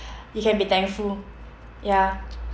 you can be thankful ya